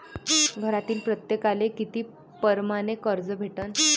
घरातील प्रत्येकाले किती परमाने कर्ज भेटन?